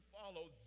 follow